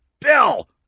Bill